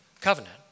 covenant